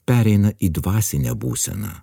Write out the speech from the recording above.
pereina į dvasinę būseną